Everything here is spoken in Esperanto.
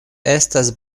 estas